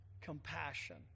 compassion